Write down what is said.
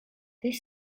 this